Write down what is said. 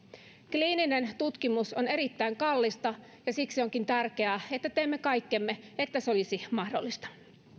kliininen tutkimus on erittäin kallista ja siksi onkin tärkeää että teemme kaikkemme että se olisi mahdollista